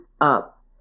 up